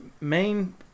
main